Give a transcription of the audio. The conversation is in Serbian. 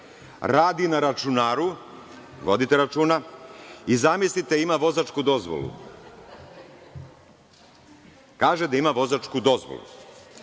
radi na računaru, vodite računa, i zamislite ima vozačku dozvolu, kaže da ima vozačku dozvolu.